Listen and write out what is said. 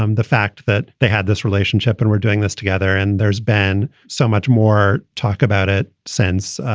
um the fact that they had this relationship and we're doing this together and there's been so much more talk about it since,